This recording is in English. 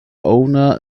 owner